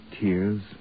tears